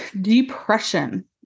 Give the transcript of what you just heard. Depression